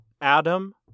Adam